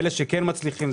אלה שכן מצליחים,